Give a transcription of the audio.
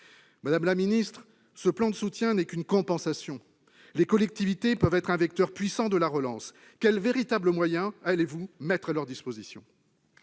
Madame la ministre, ce plan de soutien n'est qu'une compensation, alors que les collectivités territoriales peuvent être un vecteur puissant de la relance : quels véritables moyens allez-vous mettre à leur disposition ?